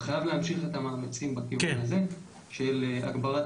וחייבים להמשיך אותם בכיוון הזה של הגברת